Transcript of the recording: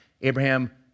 Abraham